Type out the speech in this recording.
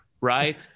right